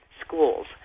schools